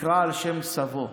והוא נקרא על שם סבו,